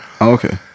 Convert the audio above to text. okay